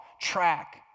track